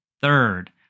Third